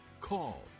call